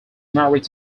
married